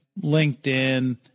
LinkedIn